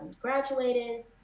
graduated